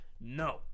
No